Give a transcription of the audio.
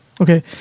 Okay